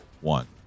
One